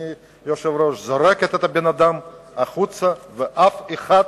זורקת את האדם החוצה ואף אחד,